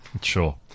Sure